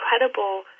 incredible